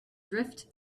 drift